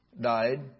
died